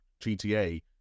GTA